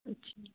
अच्छा